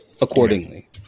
accordingly